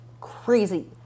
Crazy